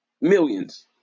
millions